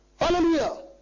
Hallelujah